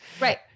Right